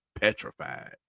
petrified